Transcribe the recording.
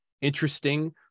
interesting